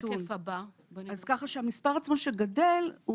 המספר עצמו שגדל,